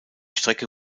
strecke